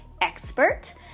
expert